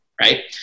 right